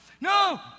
No